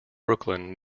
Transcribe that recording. brooklyn